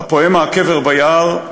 הפואמה "הקבר ביער",